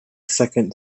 second